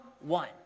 one